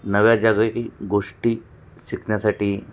नव्या ज्या काही गोष्टी शिकण्यासाठी